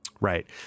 Right